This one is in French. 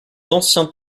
d’ancien